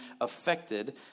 affected